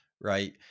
Right